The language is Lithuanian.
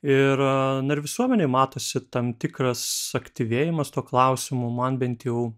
ir na ir visuomenėj matosi tam tikras suaktyvėjimas tuo klausimu man bent jau